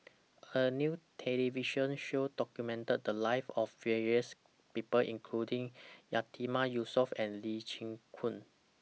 A New television Show documented The Lives of various People including Yatiman Yusof and Lee Chin Koon